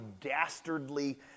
dastardly